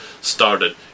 started